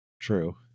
True